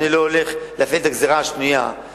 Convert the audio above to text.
אני לא הולך להפעיל את הגזירה השנייה,